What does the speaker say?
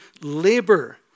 labor